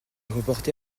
reporté